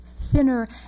thinner